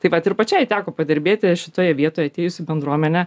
taip vat ir pačiai teko padirbėti šitoje vietoje atėjus į bendruomenę